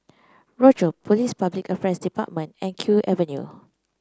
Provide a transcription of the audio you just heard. Rochor Police Public Affairs Department and Kew Avenue